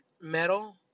metal